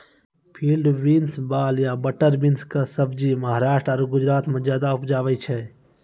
field beans, वाल या butter bean कॅ सब्जी महाराष्ट्र आरो गुजरात मॅ ज्यादा उपजावे छै